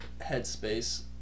headspace